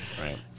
Right